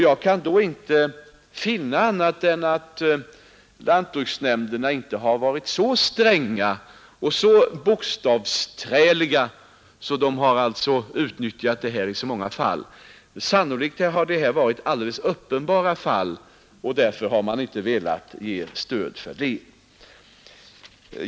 Jag kan därför inte finna att lantbruksnämnderna varit så stränga och bokstavsträliga så att de åberopat denna bestämmelse i särskilt stor utsträckning. Sannolikt har det här rört sig om alldeles uppenbara fall, och därför har stöd inte kunnat lämnas.